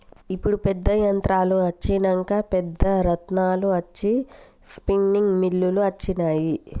ఇప్పుడు పెద్ద యంత్రాలు అచ్చినంక పెద్ద రాట్నాలు అచ్చి స్పిన్నింగ్ మిల్లులు అచ్చినాయి